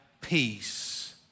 peace